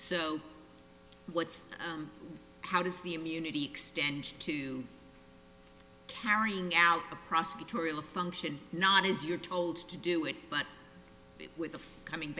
so what's how does the immunity extend to carrying out the prosecutorial function not as you're told to do it but with coming